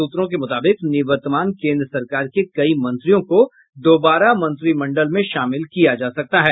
सूत्रों के मुताबिक निवर्तमान केन्द्र सरकार के कई मंत्रियों को दोबारा मंत्रिमंडल में शामिल किया जा सकता है